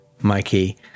Mikey